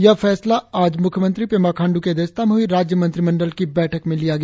यह फैसला आज मुख्यमंत्री पेमा खांड् की अध्यक्षता में हई राज्य मंत्रिमंडल की बैठक में लिया गया